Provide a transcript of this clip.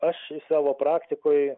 aš iš savo praktikoj